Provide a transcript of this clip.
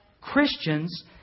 Christians